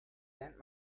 lernt